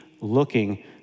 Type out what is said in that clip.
looking